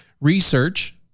research